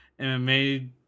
MMA